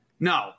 No